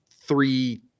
three